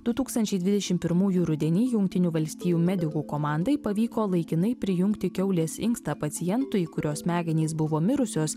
du tūkstančiai dvidešim pirmųjų rudenį jungtinių valstijų medikų komandai pavyko laikinai prijungti kiaulės inkstą pacientui kurio smegenys buvo mirusios